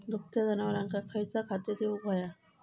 दुभत्या जनावरांका खयचा खाद्य देऊक व्हया?